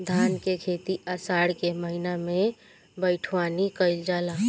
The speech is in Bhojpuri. धान के खेती आषाढ़ के महीना में बइठुअनी कइल जाला?